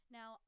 Now